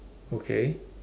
okay